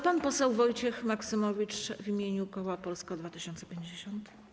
Pan poseł Wojciech Maksymowicz w imieniu koła Polska 2050.